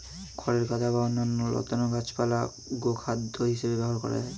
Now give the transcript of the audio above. খড়ের গাদা বা অন্যান্য লতানো গাছপালা গোখাদ্য হিসেবে ব্যবহার করা হয়